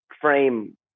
frame